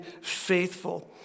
faithful